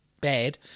bad